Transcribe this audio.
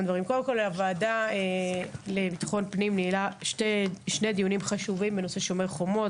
הוועדה לביטחון פנים ניהלה שני דיונים חשובים בנושא "שומר החומות",